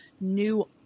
new